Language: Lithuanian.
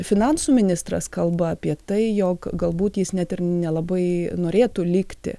finansų ministras kalba apie tai jog galbūt jis net ir nelabai norėtų likti